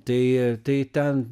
tai tai ten